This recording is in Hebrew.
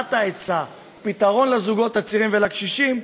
הגדלת ההיצע, פתרון לזוגות הצעירים ולקשישים,